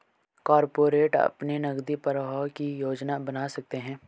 corporate अपने नकदी प्रवाह की योजना बना सकते हैं